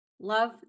Love